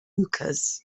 hookahs